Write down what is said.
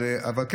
אבל כן,